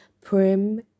Prim